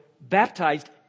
baptized